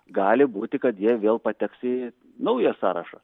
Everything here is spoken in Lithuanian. gali būti kad jie vėl pateks į naują sąrašą